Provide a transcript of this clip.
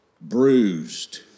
Bruised